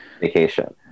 vacation